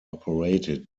operated